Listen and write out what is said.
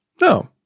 No